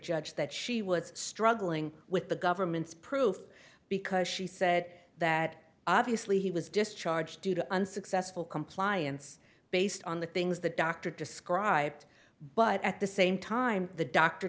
judge that she was struggling with the government's proof because she said that obviously he was discharged due to unsuccessful compliance based on the things the doctor described but at the same time the doctor